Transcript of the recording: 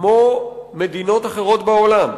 כמו מדינות אחרות בעולם,